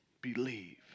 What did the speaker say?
believe